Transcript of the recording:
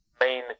main